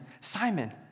Simon